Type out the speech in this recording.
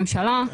הממשלה,